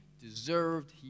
deserved